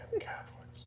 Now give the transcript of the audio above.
Catholics